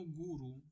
guru